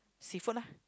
seafood lah